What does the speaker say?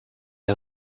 est